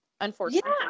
Unfortunately